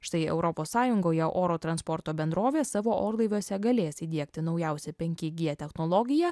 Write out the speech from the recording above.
štai europos sąjungoje oro transporto bendrovės savo orlaiviuose galės įdiegti naujausią penki g technologiją